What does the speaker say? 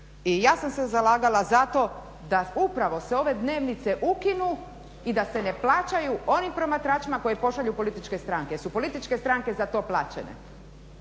I ja dam se zalagala za to da upravo se ove dnevnice ukinu i da se ne plaćaju onim promatračima koje pošalju političke stranke jer su političke stranke za to plaćene.